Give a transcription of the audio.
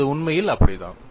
அது உண்மையில் அப்படித்தான்